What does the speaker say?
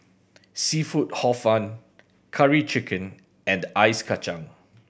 seafood Hor Fun Curry Chicken and ice kacang